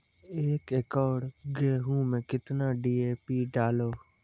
एक एकरऽ गेहूँ मैं कितना डी.ए.पी डालो?